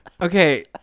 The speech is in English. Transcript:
Okay